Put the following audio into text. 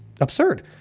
absurd